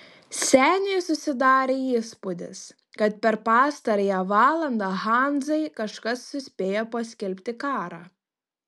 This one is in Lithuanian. seniui susidarė įspūdis kad per pastarąją valandą hanzai kažkas suspėjo paskelbti karą